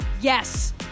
yes